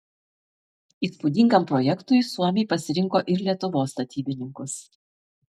įspūdingam projektui suomiai pasirinko ir lietuvos statybininkus